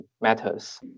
matters